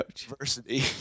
university